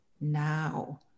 now